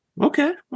okay